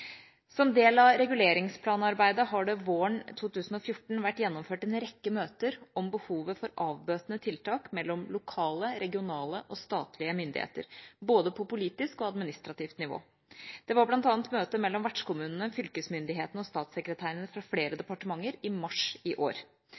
Som del av reguleringsplanarbeidet har det våren 2014 vært gjennomført en rekke møter om behovet for avbøtende tiltak mellom lokale, regionale og statlige myndigheter, både på politisk og administrativt nivå. Det var bl.a. et møte mellom vertskommunene, fylkesmyndighetene og statssekretærene fra flere